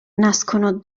nascono